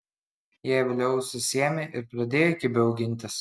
jie vėliau susiėmė ir pradėjo kibiau gintis